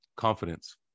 Confidence